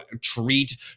treat